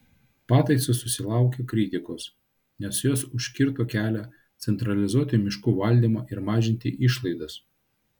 pataisos susilaukė kritikos nes jos užkirto kelią centralizuoti miškų valdymą ir mažinti išlaidas